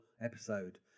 episode